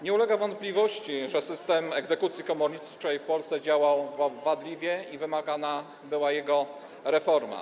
Nie ulega wątpliwości, że system egzekucji komorniczej w Polsce działał wadliwie i wymagana była jego reforma.